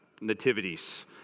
nativities